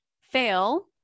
fail